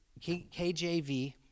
KJV